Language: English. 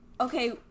Okay